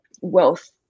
wealth